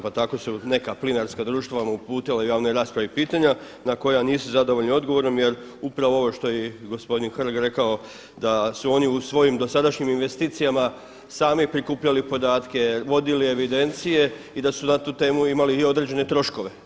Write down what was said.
Pa tako su neka plinarska društva vam uputila u javnoj raspravi pitanja na koja nisu zadovoljni odgovorom jer upravo ovo što je i gospodin Hrg rekao da su oni u svojim dosadašnjim investicijama sami prikupljali podatke, vodili evidencije i da su na tu imali i određene troškove.